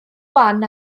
wan